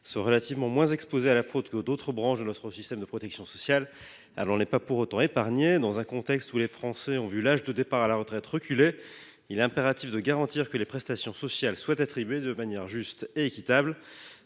soit relativement moins exposée à la fraude que d’autres branches de notre système de protection sociale, l’assurance vieillesse n’en est pas pour autant épargnée. Dans un contexte où les Français ont vu l’âge de départ à la retraite reculer, il est impératif de garantir que les prestations sociales sont attribuées de manière juste et équitable.